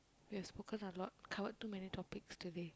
we have spoken a lot covered too many topics today